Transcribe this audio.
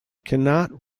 cannot